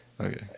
Okay